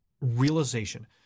realization